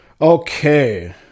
Okay